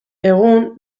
egun